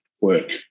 work